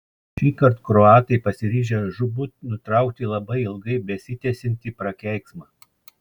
šįkart kroatai pasiryžę žūtbūt nutraukti labai ilgai besitęsiantį prakeiksmą